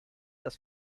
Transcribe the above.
das